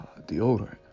deodorant